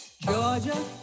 Georgia